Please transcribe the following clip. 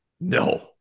No